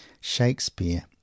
Shakespeare